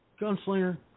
Gunslinger